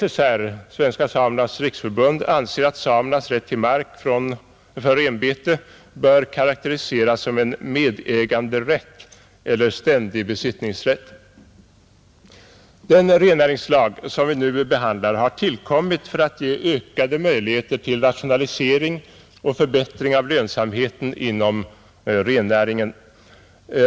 SSR — Svenska samernas riksförbund — anser att samernas rätt till mark för renbete bör karakteriseras som medäganderätt eller ständig besittningsrätt. Den rennäringslag som vi nu behandlar har tillkommit för att ge ökade möjligheter till rationalisering och förbättring av lönsamheten inom rennäringen.